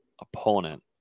opponent